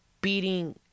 beating